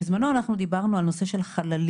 ובזמנו אנחנו דיברנו על הנושא של "חללים".